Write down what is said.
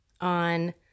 on